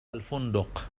الفندق